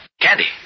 Candy